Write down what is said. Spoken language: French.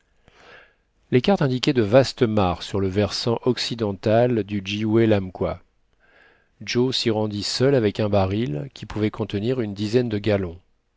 les cartes indiquaient de vastes mares sur le versant occidental de jihoue la mkoa joe s'y rendit seul avec un baril qui pouvait contenir une dizaine de gallons